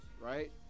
right